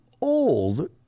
old